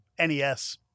NES